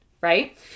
Right